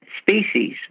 species